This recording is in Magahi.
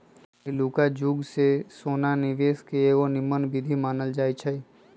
पहिलुआ जुगे से सोना निवेश के एगो निम्मन विधीं मानल जाइ छइ